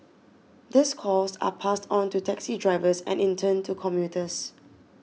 these costs are passed on to taxi drivers and in turn to commuters